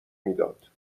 میداد